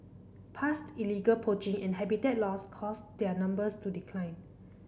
past illegal poaching and habitat loss caused their numbers to decline